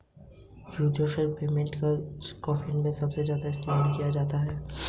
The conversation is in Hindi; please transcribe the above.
unified payment system real time payment system के तौर पर काम करता है